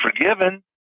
forgiven